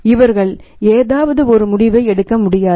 இவர்கள் ஏதாவதுஒரு முடிவை எடுக்க முடியாது